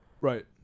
Right